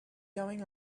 going